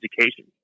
education